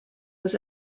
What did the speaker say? was